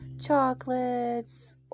chocolates